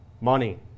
money